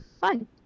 fun